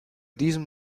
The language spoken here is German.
diesem